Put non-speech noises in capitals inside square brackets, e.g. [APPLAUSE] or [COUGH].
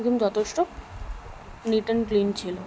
[UNINTELLIGIBLE] যথেষ্ট neat and clean ছিলো